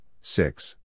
six